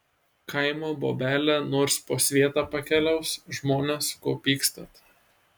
kaimo bobelė nors po svietą pakeliaus žmones ko pykstat